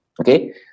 Okay